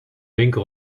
winkel